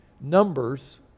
Numbers